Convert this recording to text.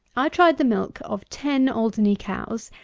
i tried the milk of ten alderney cows,